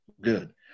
Good